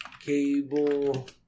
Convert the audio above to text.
cable